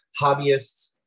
hobbyists